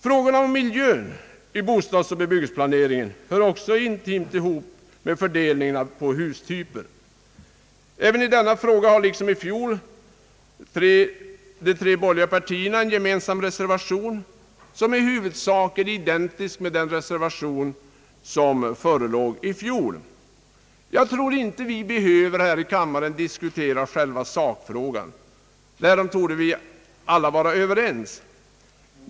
Frågorna om miljön i bostadsoch bebyggelseplaneringen hör också intimt ihop med fördelningen på hustyper. Även i denna fråga har de tre borgerliga partierna en gemensam reservation, som i huvudsak är identisk med den som förelåg i fjol. Jag tror inte att vi här i kammaren behöver diskutera själva sakfrågan — därom torde vi alla vara överens.